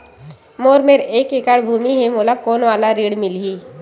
मोर मेर एक एकड़ भुमि हे मोला कोन वाला ऋण मिलही?